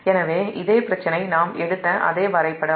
எனவே இதே பிரச்சனை நாம் எடுத்த அதே வரைபடம்